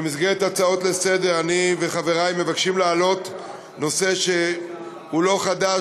במסגרת הצעות לסדר-היום אני וחברי מבקשים להעלות נושא שהוא לא חדש,